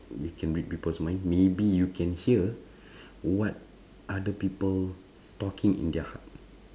you can read people's mind maybe you can hear what other people talking in their heart